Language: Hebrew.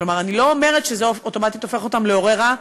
כלומר אני לא אומרת שזה אוטומטית הופך אותם להורים רעים.